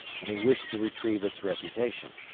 and he wished to retrieve its reputation.